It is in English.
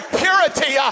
purity